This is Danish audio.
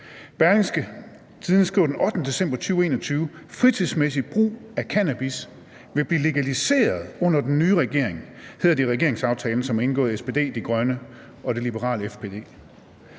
Berlingske skriver den 8. december 2021: »Fritidsmæssig brug af cannabis vil blive legaliseret under den nye regering, hedder det i regeringsaftalen, som er indgået af SPD, De Grønne og det liberale FDP.«